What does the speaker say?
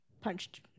punched